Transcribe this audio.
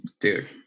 Dude